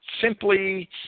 simply